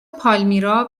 پالمیرا